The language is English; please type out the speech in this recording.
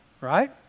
right